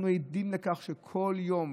אנחנו עדים לכך כל יום,